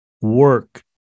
work